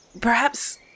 perhaps-